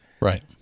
Right